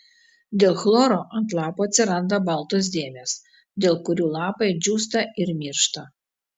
dėl chloro ant lapų atsiranda baltos dėmės dėl kurių lapai džiūsta ir miršta